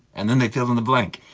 and then they fill in the blank.